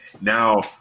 now